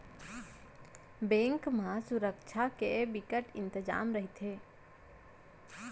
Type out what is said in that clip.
bank म सुरक्छा के बिकट इंतजाम रहिथे